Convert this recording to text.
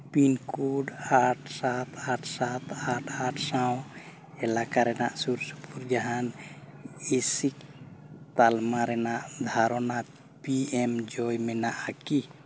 pin code ᱟᱴ ᱥᱟᱛ ᱟᱴ ᱥᱟᱛ ᱟᱴ ᱥᱟᱶ ᱮᱞᱟᱠᱟ ᱨᱮᱱᱟᱜ ᱥᱩᱨ ᱥᱩᱯᱩᱨ ᱡᱟᱦᱟᱱ ᱤᱥᱤᱠ ᱛᱟᱞᱢᱟ ᱨᱮᱱᱟ ᱫᱷᱟᱨᱚᱱᱟ ᱯᱤ ᱮᱢ ᱡᱚᱭ ᱢᱮᱱᱟᱜᱼᱟ ᱠᱤ